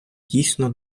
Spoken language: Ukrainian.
дійсно